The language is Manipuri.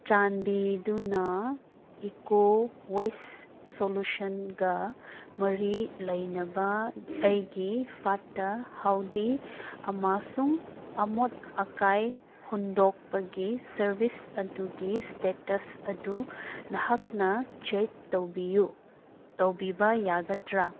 ꯆꯥꯟꯕꯤꯗꯨꯅ ꯏꯀꯣꯋꯦꯁ ꯁꯣꯂꯨꯁꯟꯒ ꯃꯔꯤ ꯂꯩꯅꯕ ꯑꯩꯒꯤ ꯐꯠꯇ ꯍꯧꯗꯤ ꯑꯃꯥꯁꯨꯡ ꯑꯃꯣꯠ ꯑꯀꯥꯏ ꯍꯨꯟꯗꯣꯛꯄꯒꯤ ꯁꯔꯕꯤꯁ ꯑꯗꯨꯒꯤ ꯏꯁꯇꯦꯇꯁ ꯑꯗꯨ ꯅꯍꯥꯛꯅ ꯆꯦꯛ ꯇꯧꯕꯤꯌꯨ ꯇꯧꯕꯤꯕ ꯌꯥꯒꯗ꯭ꯔ